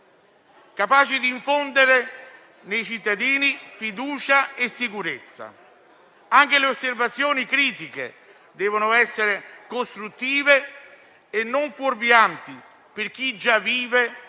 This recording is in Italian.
capaci di infondere nei cittadini fiducia e sicurezza. Anche le osservazioni critiche devono essere costruttive e non fuorvianti, per chi già vive